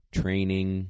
training